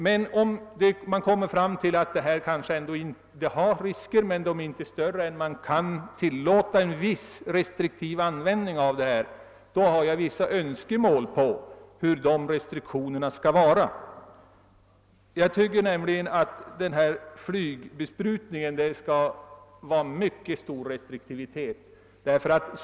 Men om man finner att riskerna inte är större än att man kan tillåta en viss, restriktiv användning, har jag vissa önskemål om hur dessa restriktioner bör utformas. Jag anser t.ex. att det bör förekomma en mycket stark restriktivitet när det gäller flygbesprutning.